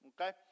Okay